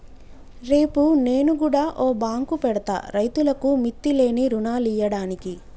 రేపు నేను గుడ ఓ బాంకు పెడ్తా, రైతులకు మిత్తిలేని రుణాలియ్యడానికి